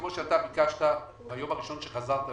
כמו שביקשת משר האוצר וממשרד האוצר ביום הראשון שחזרת לפה,